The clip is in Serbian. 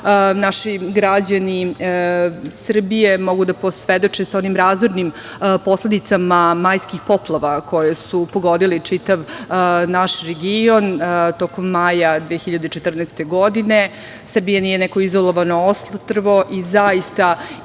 građani Srbije mogu da posvedoče onim razornim posledicama majskih poplava koje su pogodile čitav naš region tokom maja 2014. godine. Srbija nije neko izolovano ostrvo i zaista i